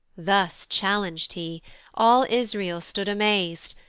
thus challeng'd he all israel stood amaz'd,